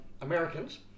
Americans